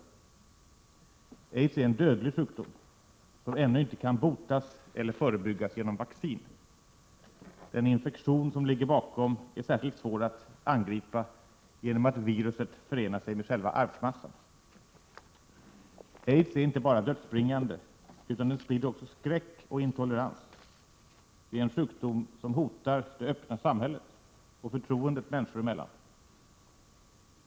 Aids är en dödlig sjukdom, som ännu inte kan botas eller förebyggas genom vaccin. Den infektion som ligger bakom är särskilt svår att angripa, eftersom viruset förenar sig med själva arvsmassan. Aids är inte bara dödsbringande utan sprider också skräck och intolerans. Det är en sjukdom som hotar det öppna samhället och förtroendet människor emellan.